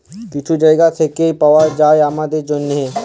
কিছু জায়গা থ্যাইকে পাউয়া যায় আমাদের জ্যনহে